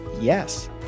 yes